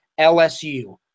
LSU